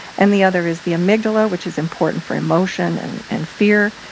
and the other is the amygdala, which is important for emotion and and fear.